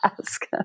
ask